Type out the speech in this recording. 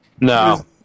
No